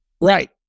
Right